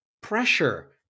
pressure